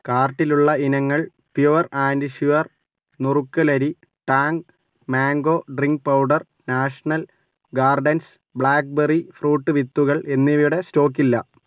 കാർട്ടിലുള്ള ഇനങ്ങൾ pure and sure നുറുക്കലരി Tang mango drink powder national gardens blackberry fruit വിത്തുകൾ എന്നിവയുടെ സ്റ്റോക്കില്ല